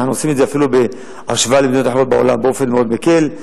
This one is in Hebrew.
אנחנו עושים את זה אפילו בהשוואה למדינות אחרות בעולם באופן מאוד מקל,